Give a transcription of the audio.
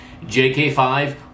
JK5